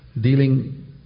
dealing